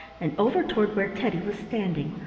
and over toward where teddy was standing,